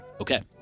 Okay